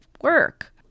work